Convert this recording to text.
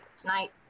tonight